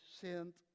sent